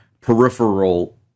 peripheral